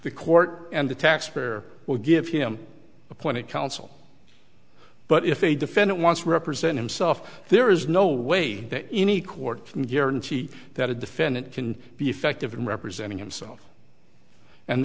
the court and the taxpayer will give him appointed counsel but if a defendant wants to represent himself there is no way that any court from guarantee that a defendant can be effective in representing himself and